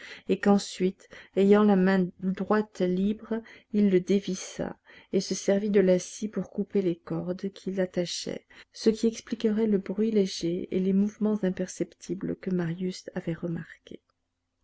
et qu'ensuite ayant la main droite libre il le dévissa et se servit de la scie pour couper les cordes qui l'attachaient ce qui expliquerait le bruit léger et les mouvements imperceptibles que marius avait remarqués